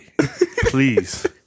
please